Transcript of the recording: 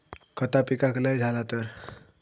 खता पिकाक लय झाला तर?